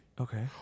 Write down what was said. Okay